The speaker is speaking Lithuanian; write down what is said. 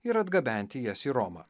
ir atgabenti jas į romą